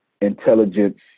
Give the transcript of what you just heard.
intelligence